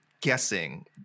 guessing